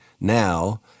now